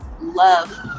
love